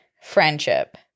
friendship